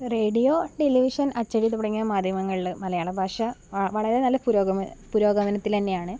radio television അച്ചടി തുടങ്ങിയ മാധ്യമങ്ങളിൽ മലയാള ഭാഷ ആ വളരെ നല്ല പുരോഗമനം പുരോഗമനത്തിൽ തന്നെയാണ്